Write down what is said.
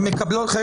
הן מקבלות.